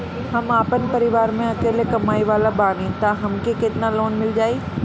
हम आपन परिवार म अकेले कमाए वाला बानीं त हमके केतना लोन मिल जाई?